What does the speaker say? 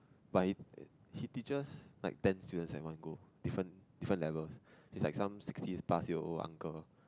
but he he teaches like ten students at one go different different levels is like some sixty pass year old uncle